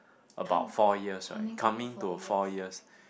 about four years right coming to four years